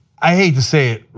i hate to say it,